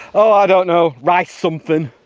oh i don't know, rice something.